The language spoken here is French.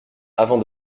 avant